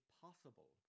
possible